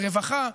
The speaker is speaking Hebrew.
ורווחה,